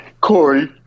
Corey